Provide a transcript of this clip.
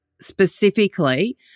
specifically